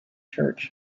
church